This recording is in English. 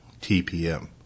TPM